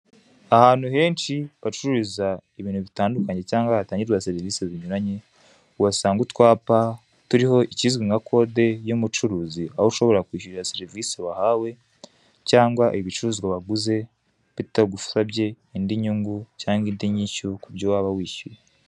Ahantu henshi bacururiza ibintu bitandukanye cyangwa hatangirwa serivisi zinyuranye, uhasanga utwapa turiho ikizwi nka kode y'umucuruzi, aho ushobora kwishyurira serivise wahawe cyangwa ibicuruzwa waguze bitagusabye indi nyungu cyangwa indi nyishyu kubyo waba wishyuye.